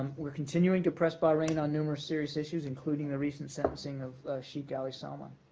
we're continuing to press bahrain on numerous serious issues, including the recent sentencing of sheikh ali salman.